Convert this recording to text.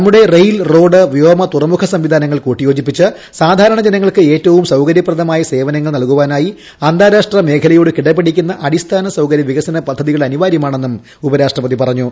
നമ്മുടെ rail road വ്യോമ തുറമുഖ സംവിധാനങ്ങൾ കൂട്ടിയോജിപ്പിച്ച് സാധാരണ ജനങ്ങൾക്ക് ഏറ്റവും സൌകര്യപ്രദമായ സേവനങ്ങൾ നൽകുവാനായി അന്താരാഷ്ട്ര മേഖലയോട് കിടപിടിക്കുന്ന അടിസ്ഥാന സൌകര്യ വികസന പദ്ധതികൾ അനിവാര്യമാണെന്നും ഉപരാഷ്ട്രപതി പറഞ്ഞു